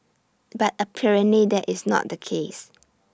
but apparently that is not the case